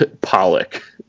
Pollock